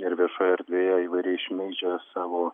ir viešojoj erdvėje įvairiai šmeižia savo